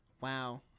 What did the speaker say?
wow